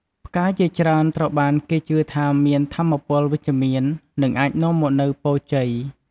ផ្កាជាច្រើនត្រូវបានគេជឿថាមានថាមពលវិជ្ជមាន និងអាចនាំមកនូវពរជ័យ។